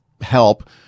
help